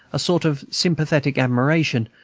a sort of sympathetic admiration,